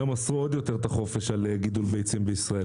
היום אסרו עוד יותר את החופש על גידול ביצים בישראל.